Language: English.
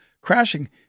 crashing